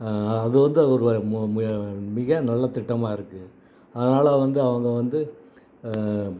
அது வந்து ஒரு மிக நல்லத்திட்டமாக இருக்குது அதனாலே வந்து அவங்க வந்து